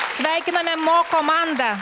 sveikiname mo komandą